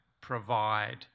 provide